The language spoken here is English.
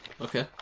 okay